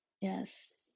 Yes